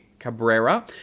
Cabrera